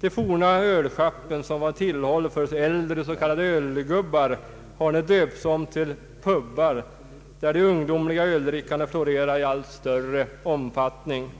De forna ölschappen som var tillhåll för äldre s.k. ölgubbar har nu döpts om till pubar, där det ungdomliga öldrickandet florerar i allt större omfattning.